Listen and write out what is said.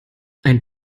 ein